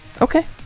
okay